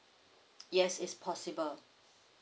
yes is possible